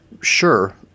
Sure